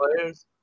players